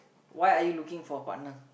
why are you looking for partner